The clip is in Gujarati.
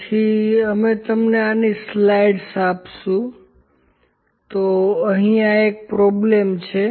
તેથી અમે તમને આની સ્લાઇડ્સ આપીશું તો આ અહીં એક પ્રોબ્લેમ છે